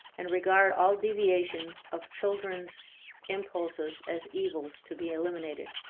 and regard all deviations of children's impulses as evils to be eliminated.